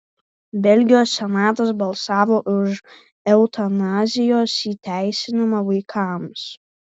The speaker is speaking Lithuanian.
belgijos senatas balsavo už eutanazijos įteisinimą vaikams